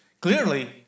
clearly